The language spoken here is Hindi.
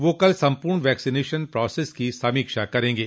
वह कल सम्पूर्ण वैक्सीनेशन प्रोसेस की समीक्षा करेंगे